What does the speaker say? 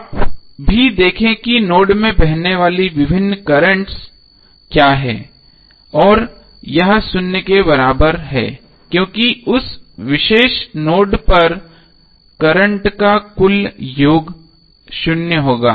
आप भी देखें कि नोड में बहने वाली विभिन्न कर्रेंटस क्या हैं और यह शून्य के बराबर है क्योंकि उस विशेष नोड पर करंट का कुल योग शून्य होगा